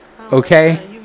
okay